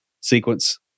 sequence